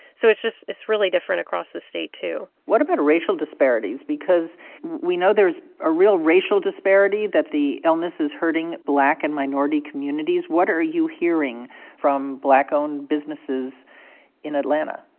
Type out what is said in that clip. so it's just it's really different across the state, too what about racial disparities? because we know there's a real racial disparity that the illness is hurting black and minority communities. what are you hearing from black-owned businesses in atlanta?